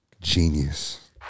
genius